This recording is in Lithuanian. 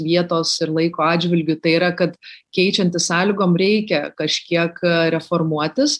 vietos ir laiko atžvilgiu tai yra kad keičiantis sąlygom reikia kažkiek reformuotis